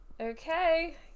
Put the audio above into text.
Okay